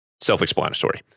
Self-explanatory